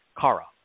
kara